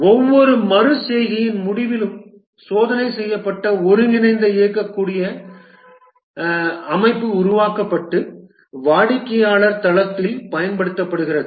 ஒவ்வொரு மறு செய்கையின் முடிவிலும் சோதனை செய்யப்பட்ட ஒருங்கிணைந்த இயங்கக்கூடிய அமைப்பு உருவாக்கப்பட்டு வாடிக்கையாளர் தளத்தில் பயன்படுத்தப்படுகிறது